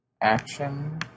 action